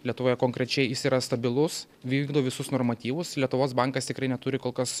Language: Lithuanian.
lietuvoje konkrečiai jis yra stabilus vykdo visus normatyvus lietuvos bankas tikrai neturi kol kas